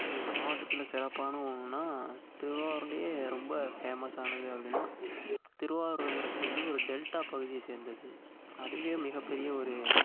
எங்கள் மாவட்டத்தில் சிறப்பான ஒன்றுன்னா திருவாரூர்லேயே ரொம்ப ஃபேமஸ் ஆனது அப்படின்னா திருவாரூர்ங்கிறது ஒரு டெல்டா பகுதியை சேர்ந்தது அதுவே மிகப்பெரிய ஒரு